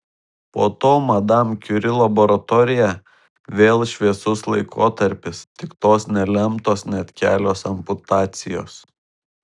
po to madam kiuri laboratorija vėl šviesus laikotarpis tik tos nelemtos net kelios amputacijos